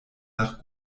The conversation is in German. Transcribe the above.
nach